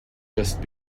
just